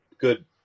good